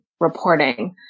reporting